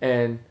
and